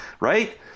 Right